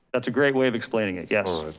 that's a great way of explaining it, yes.